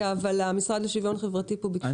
המשרד לשוויון חברתי ביקש להעיר, בבקשה.